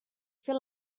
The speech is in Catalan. fer